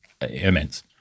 immense